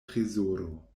trezoro